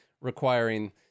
requiring